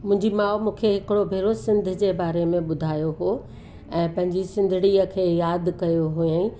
मुंहिंजी माउ मूंखे हिकिड़ो भेरो सिंध जे बारे में ॿुधायो हुओ ऐं पंहिंजी सिंधिड़ीअ खे यादि कयो हुयई